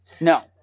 No